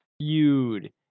feud